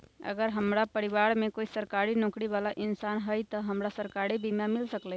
अगर हमरा परिवार में कोई सरकारी नौकरी बाला इंसान हई त हमरा सरकारी बीमा मिल सकलई ह?